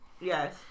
Yes